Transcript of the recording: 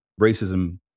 racism